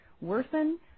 worsen